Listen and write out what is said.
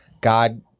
God